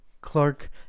clark